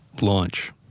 Launch